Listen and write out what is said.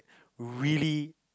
really